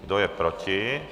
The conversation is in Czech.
Kdo je proti?